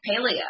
paleo